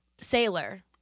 Sailor